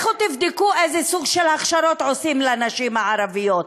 לכו תבדקו איזה סוג של הכשרות עושים לנשים הערביות.